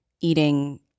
eating